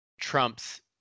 trumps